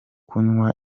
kunywa